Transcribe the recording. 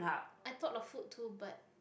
I thought of food too but